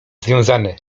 związane